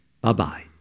Bye-bye